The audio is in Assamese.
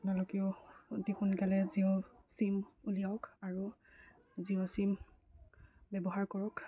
আপোনালোকেও অতি সোনকালে জিঅ' চিম উলিয়াওক আৰু জিঅ' চিম ব্যৱহাৰ কৰক